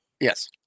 Yes